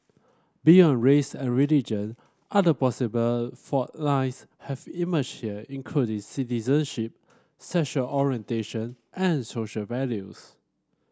beyond race and religion other possible fault lines have emerged here including citizenship sexual orientation and social values